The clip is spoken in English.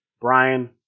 Brian